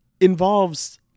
involves